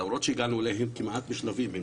למרות שהגענו אליהם בשלבים כאלה הם